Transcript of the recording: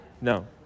No